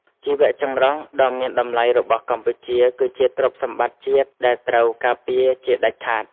ជីវចម្រុះដ៏មានតម្លៃរបស់កម្ពុជាគឺជាទ្រព្យសម្បត្តិជាតិដែលត្រូវការពារជាដាច់ខាត។